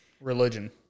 Religion